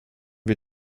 wir